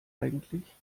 eigentlich